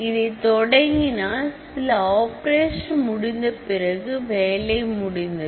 இதை தொடங்கினால் சில ஆபரேஷன் முடிந்த பிறகு வேலை முடிந்தது